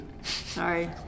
Sorry